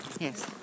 Yes